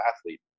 athlete